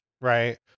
right